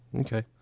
Okay